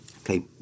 Okay